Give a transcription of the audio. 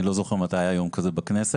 אני לא זוכר מתי היה יום כזה בכנסת,